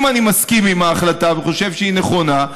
אם אני מסכים עם ההחלטה וחושב שהיא נכונה,